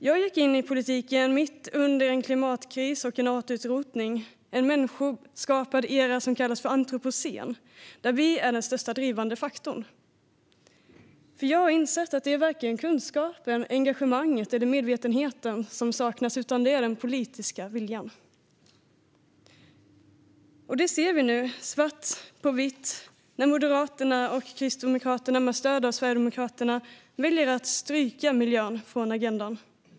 Jag gick in i politiken mitt under en klimatkris och en artutrotning, i en människoskapad era som kallas för antropocen, där vi människor är den största drivande faktorn, för jag har insett att det varken är kunskapen, engagemanget eller medvetenheten som saknas, utan det är den politiska viljan. Det ser vi nu svart på vitt när Moderaterna och Kristdemokraterna med stöd av Sverigedemokraterna väljer att stryka miljön från agendan.